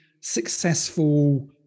successful